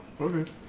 okay